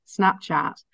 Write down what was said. Snapchat